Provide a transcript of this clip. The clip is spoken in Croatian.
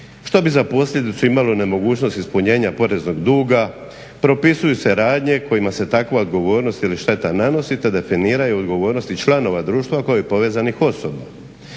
što bi za posljedicu imalo nemogućnost ispunjenja poreznog duga, propisuju se radnje kojima se takva odgovornost ili šteta nanosi, te definiraju odgovornosti članova društva kao i povezanih osoba.